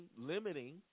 limiting